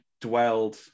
dwelled